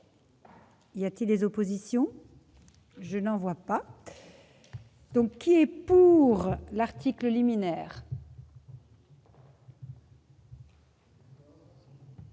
y a-t-il des oppositions, je n'en vois pas. Donc, qui est pour l'article liminaire.